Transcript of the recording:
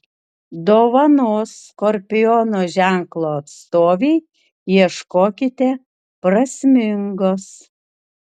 dovanos skorpiono ženklo atstovei ieškokite prasmingos